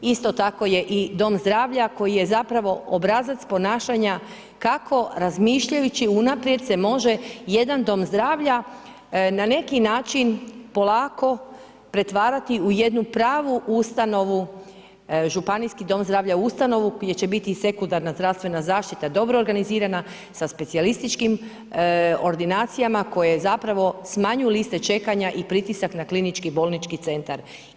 Isto tako je i dom zdravlja koji je zapravo obrazac ponašanja kako razmišljajući unaprijed se može jedan dom zdravlja na neki način, polako pretvarati u jednu pravu ustavnu, županijski dom zdravlja ustanovu, gdje će biti i sekundarna zdravstvena zaštita dobro organizirana sa specijalističkim ordinacijama koje je zapravo smanjuju liste čekanja i pritisak na klinički bolnički centar.